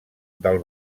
del